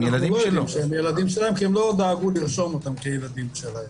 אם הם לא דאגו לרשום אותם כילדים שלהם.